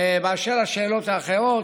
באשר לשאלות האחרות,